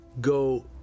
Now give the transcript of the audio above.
go